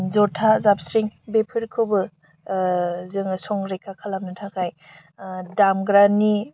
ज'था जाबस्रिं बेफोरखौबो जोङो संरैखा खालामनो थाखाय दामग्रानि